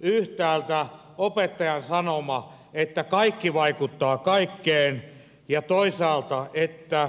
yhtäältä opettajan sanoma että kaikki vaikuttaa kaikkeen ja toisaalta että